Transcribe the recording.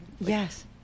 yes